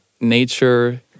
nature